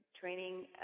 training